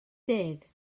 deg